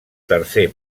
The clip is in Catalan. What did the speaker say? tercer